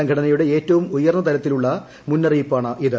സംഘടനയുടെ ഏറ്റവും ഉയർന്ന തലത്തിലുളള മുന്നറിയിപ്പാണിത്